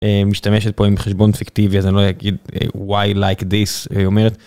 משתמשת פה עם חשבון פיקטיבי אז אני לא אגיד why like this היא אומרת.